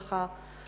ככה,